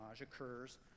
occurs